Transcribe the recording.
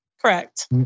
Correct